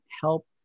help